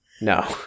No